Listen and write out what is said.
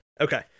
Okay